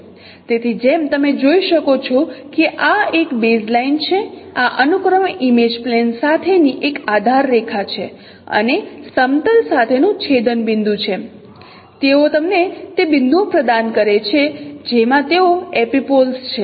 તેથી જેમ તમે જોઈ શકો છો કે આ એક બેઝલાઇન છે આ અનુક્રમે ઇમેજ પ્લેન સાથેની એક આધાર રેખા છે અને સમતલ સાથેનુ છેદનબિંદુ છે તેઓ તમને તે બિંદુઓ પ્રદાન કરે છે જેમાં તેઓ એપિપોલ્સ છે